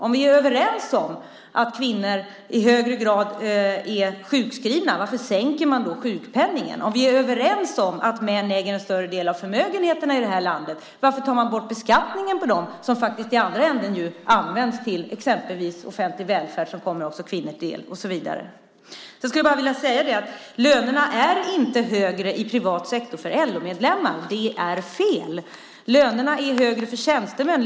Om vi är överens om att kvinnor i högre grad är sjukskrivna undrar jag varför man sänker sjukpenningen. Om vi är överens om att män äger en större del av förmögenheterna i det här landet undrar jag varför man tar bort den beskattningen, som ju faktiskt i andra änden används exempelvis till offentlig välfärd som också kommer kvinnor till del och så vidare. Sedan skulle jag bara vilja säga att lönerna inte är högre i privat sektor för LO-medlemmar. Det är fel. Lönerna är högre för tjänstemän.